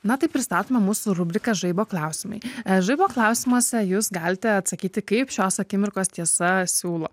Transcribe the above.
na taip pristatoma mūsų rubrika žaibo klausimai e žaibo klausimuose jūs galite atsakyti kaip šios akimirkos tiesa siūlo